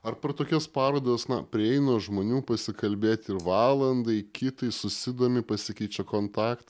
ar per tokias parodas na prieina žmonių pasikalbėti ir valandai kitai susidomi pasikeičia kontaktais